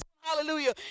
hallelujah